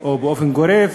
או באופן גורף,